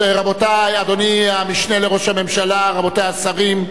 רבותי, אדוני המשנה לראש הממשלה, רבותי השרים,